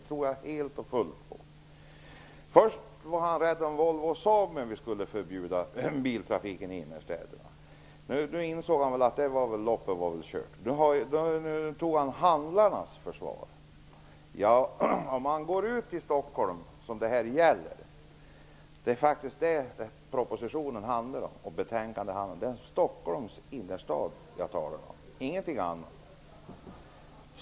Först var Kenneth Attefors rädd för konsekvenserna för Volvo och Saab om trafiken i innerstäderna förbjuds. Men så insåg väl Kenneth Attefors att loppet är kört. Då gick han över till att ta handlarna i försvar. Men låt oss se på Stockholm. Det är faktiskt Stockholm propositionen och betänkandet handlar om. Jag talar om Stockholms innerstad -- ingenting annat.